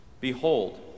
Behold